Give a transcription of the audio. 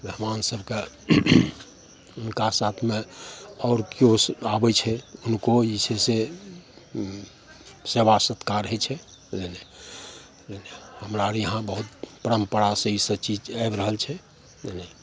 मेहमान सभकेँ हुनका साथमे आओर केओ से आबै छै हुनको जे छै से सेवा सत्कार होइ छै नहि नहि नहि नहि हमरा आओर यहाँ बहुत परम्परासे ईसब चीज आबि रहल छै नहि नहि